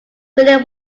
really